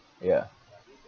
ya